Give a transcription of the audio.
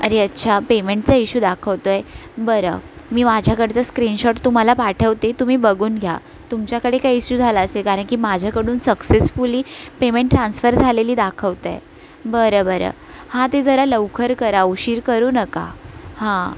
अरे अच्छा पेमेंटचा इश्यू दाखवतोआहे बरं मी माझ्याकडचं स्क्रीन शॉट तुम्हाला पाठवते तुम्ही बघून घ्या तुमच्याकडे काही इश्यू झाला असेल कारण की माझ्याकडून सक्सेसफुली पेमेंट ट्रान्सफर झालेली दाखवत आहे बरं बरं हां ते जरा लवकर करा उशीर करू नका हां